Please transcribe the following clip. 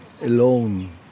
alone